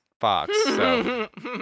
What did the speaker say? Fox